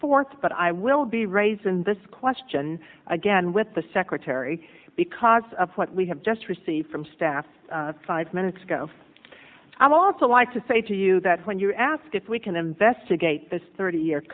forth but i will be raised in this question again with the secretary because of what we have just received from staff five minutes ago i'd also like to say to you that when you ask if we can investigate this thirty year